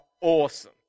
awesome